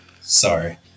sorry